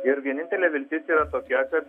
ir vienintelė viltis yra tokia kad